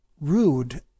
rude